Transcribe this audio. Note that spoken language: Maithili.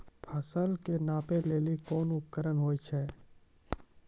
फसल कऽ नापै लेली कोन उपकरण होय छै?